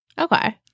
Okay